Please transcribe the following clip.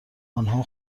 آنها